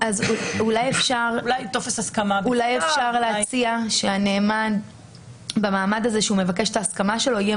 אולי אפשר להציע שהנאמן במעמד הזה בו הוא מבקש את ההסכמה שלו יהיה